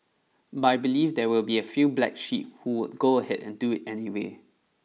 but I believe there will be a few black sheep who would go ahead and do it anyway